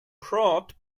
brought